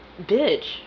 bitch